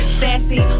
sassy